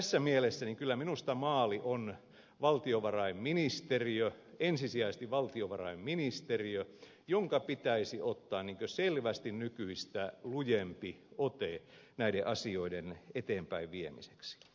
tässä mielessä kyllä minusta maali on valtiovarainministeriö ensisijaisesti valtiovarainministeriö jonka pitäisi ottaa selvästi nykyistä lujempi ote näiden asioiden eteenpäinviemiseksi